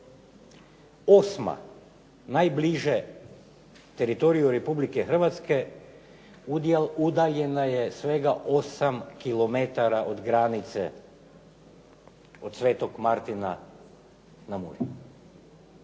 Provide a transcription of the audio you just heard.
Osma najbliže teritoriju Republike Hrvatske udaljena je svega 8 km od granice od Sv. Martina na Muri.